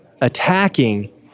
attacking